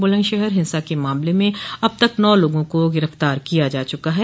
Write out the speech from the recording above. बुलंदशहर हिंसा के सिलसिले में अब तक नौ लोगों को गिरफ्तार किया जा चुका है